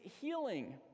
healing